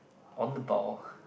on the ball